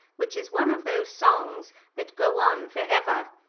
which is one of those songs that go on for ever.